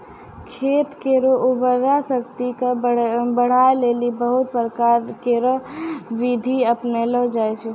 खेत केरो उर्वरा शक्ति क बढ़ाय लेलि बहुत प्रकारो केरो बिधि अपनैलो जाय छै